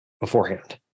beforehand